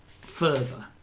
further